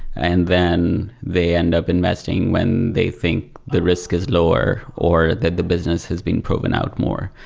and then they end up investing when they think the risk is lower or that the business has been proven out more.